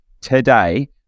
today